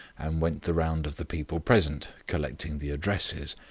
and went the round of the people present, collecting the addresses.